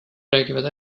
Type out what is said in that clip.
räägivad